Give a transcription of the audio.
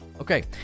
Okay